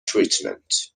treatment